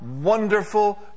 wonderful